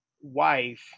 wife